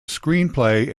screenplay